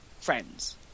friends